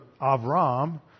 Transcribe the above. Avram